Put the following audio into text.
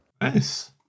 nice